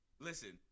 Listen